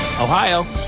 Ohio